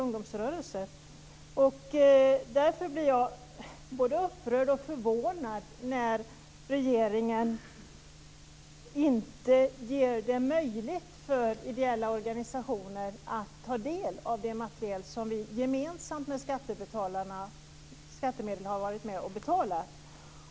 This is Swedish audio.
Jag blir därför både upprörd och förvånad när regeringen inte gör det möjligt för ideella organisationer att ta del av den materiel som de med skattemedel har varit med och betalat.